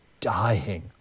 dying